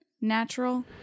natural